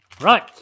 Right